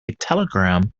telegram